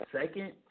second